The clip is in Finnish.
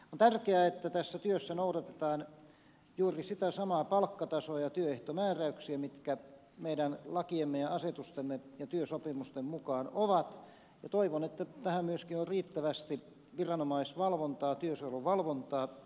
on tärkeää että tässä työssä noudatetaan juuri sitä samaa palkkatasoa ja niitä työehtomääräyksiä mitkä meidän lakiemme ja asetustemme ja työsopimusten mukaan ovat ja toivon että tähän myöskin on riittävästi viranomaisvalvontaa työsuojeluvalvontaa